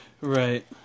Right